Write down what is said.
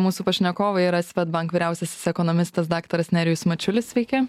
mūsų pašnekovai yra svedbank vyriausiasis ekonomistas daktaras nerijus mačiulis sveiki